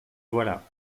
voilà